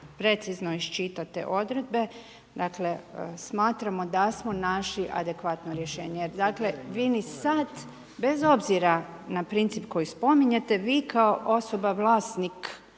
precizno iščitate odredbe, smatramo da smo našli adekvatno rješenje. Dakle, vi i sada, bez obzira na princip koji spominjete, vi kao osoba vlasnik